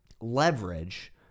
leverage